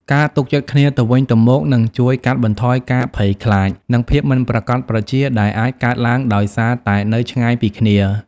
ការទុកចិត្តគ្នាទៅវិញទៅមកនឹងជួយកាត់បន្ថយការភ័យខ្លាច និងភាពមិនប្រាកដប្រជា ដែលអាចកើតឡើងដោយសារតែនៅឆ្ងាយពីគ្នា។